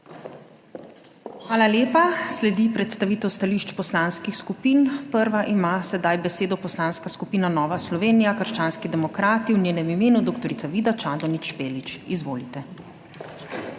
Hvala lepa. Sledi predstavitev stališč poslanskih skupin. Prva ima besedo Poslanska skupina Nova Slovenija – krščanski demokrati, v njenem imenu kolega Aleksander Reberšek. Izvolite.